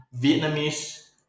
Vietnamese